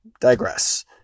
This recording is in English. digress